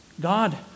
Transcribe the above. God